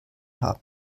haben